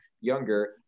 younger